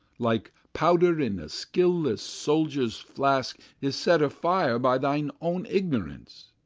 like powder in a skilless soldier's flask, is set a-fire by thine own ignorance,